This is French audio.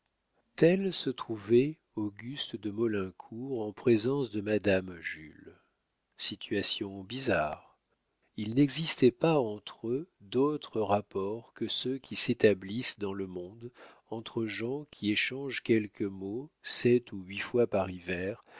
tel se trouvait auguste de maulincour en présence de madame jules situation bizarre il n'existait pas entre eux d'autres rapports que ceux qui s'établissent dans le monde entre gens qui échangent quelques mots sept ou huit fois par